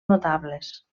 notables